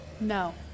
No